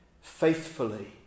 faithfully